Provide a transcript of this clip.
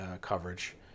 coverage